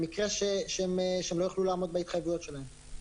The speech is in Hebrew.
למקרה שהן לא יוכלו לעמוד בהתחייבויות שלהן.